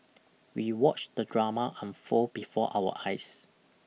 we watched the drama unfold before our eyes